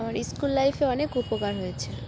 আমার স্কুল লাইফে অনেক উপকার হয়েছে